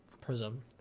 Prism